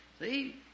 See